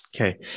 Okay